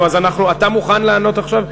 אתה מוכן לענות עכשיו?